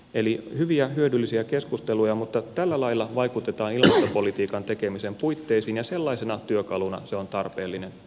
eli hyviä hyödyllisiä keskusteluja mutta tällä lailla vaikutetaan ilmastopolitiikan tekemisen puitteisiin ja sellaisena työkaluna se on tarpeellinen ja hyödyllinen